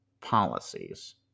policies